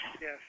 Yes